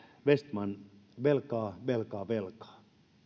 vestman velkaa velkaa velkaa